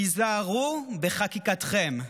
היזהרו בחקיקתכם.